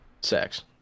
Sex